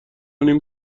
نیم